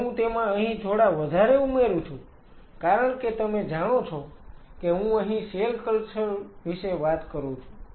જો હું તેમાં અહીં થોડા વધારે ઉમેરું છું કારણ કે તમે જાણો છો કે હું અહીં સેલ કલ્ચર વિશે વાત કરું છું